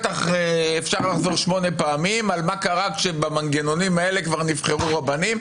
אפשר לחזור שמונה פעמים מה קרה כשבמנגנונים האלה כבר נבחרו רבנים.